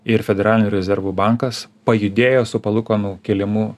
ir federalinių rezervų bankas pajudėjo su palūkanų kėlimu